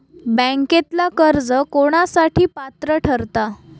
बँकेतला कर्ज कोणासाठी पात्र ठरता?